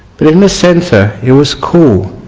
but in the centre it was cool.